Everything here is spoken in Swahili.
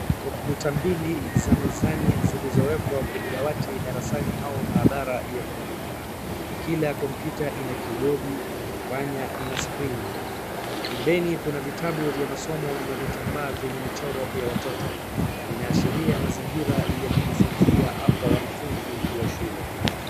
Kompyuta mbili za mezani zilizowekwa kwenye dawati darasani au maabara ya kompyuta. Kila kompyuta ina kibodi, kipanya na skrini. Pembeni kuna vitabu vya masomo, na vitambaa vyenye michoro ya watoto. Vinaashiria mazingira ya kujifunzia kwa wanafunzi wa shule.